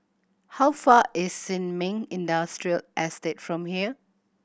how far is Sin Ming Industrial Estate from here